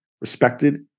respected